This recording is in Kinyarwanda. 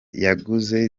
yaguze